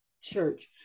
church